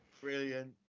Brilliant